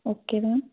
okay ma'am